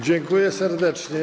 Dziękuję serdecznie.